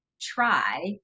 try